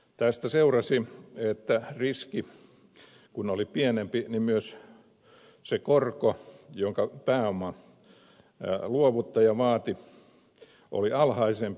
tästä seurasi että kun riski oli pienempi niin myös se korko jonka pääomaluovuttaja vaati oli alhaisempi